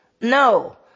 No